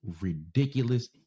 ridiculous